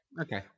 Okay